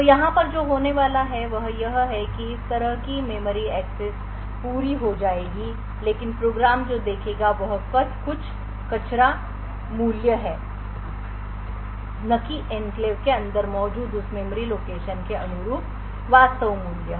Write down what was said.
तो यहाँ पर जो होने वाला है वह यह है कि इस तरह की मेमोरी एक्सेस पूरी हो जाएगी लेकिन प्रोग्राम जो देखेगा वह कुछ कचरा मूल्य है न कि एन्क्लेव के अंदर मौजूद उस मेमोरी लोकेशन के अनुरूप वास्तविक मूल्य